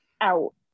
out